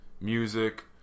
music